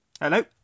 Hello